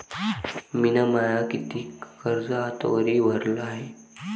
मिन माय कितीक कर्ज आतावरी भरलं हाय?